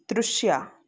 ದೃಶ್ಯ